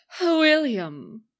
William